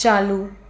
चालू